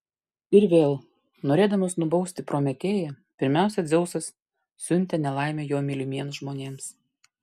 ir vėl norėdamas nubausti prometėją pirmiausia dzeusas siuntė nelaimę jo mylimiems žmonėms